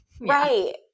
right